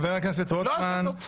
חבר הכנסת רוטמן,